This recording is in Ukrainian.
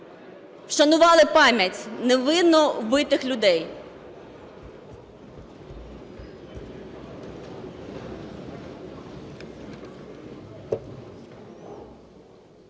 вшанували пам'ять невинно вбитих людей.